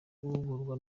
guhugurwa